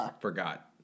Forgot